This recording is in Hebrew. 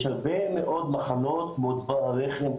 יש הרבה מאוד מחלות כמו צוואר הרחם,